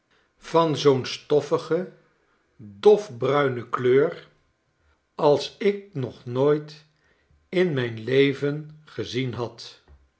van zoo'n stoffige dofbruine kleur als ik nog nooit in mijn leven gezien had